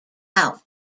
out